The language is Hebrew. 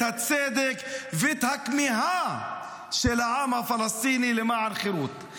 הצדק ואת הכמיהה של העם הפלסטיני לחירות.